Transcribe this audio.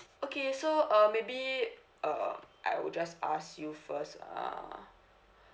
okay so uh maybe uh I will just ask you first ah